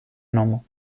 nomo